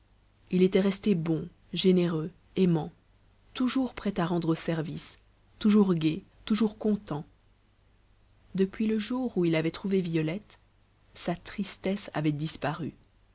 il était resté bon généreux aimant toujours prêt à rendre service toujours gai toujours content depuis le jour où il avait trouvé violette sa tristesse avait disparu